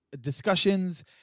discussions